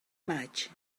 maig